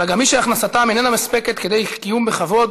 אלא גם מי שהכנסתם איננה מספקת כדי קיום בכבוד